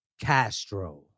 Castro